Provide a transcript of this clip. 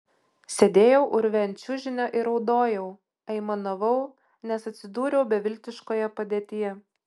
sėdėjau urve ant čiužinio ir raudojau aimanavau nes atsidūriau beviltiškoje padėtyje